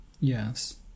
Yes